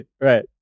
right